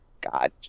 God